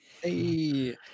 Hey